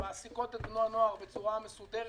ומעסיקות את בני הנוער בצורה מסודרת,